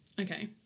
Okay